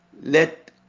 Let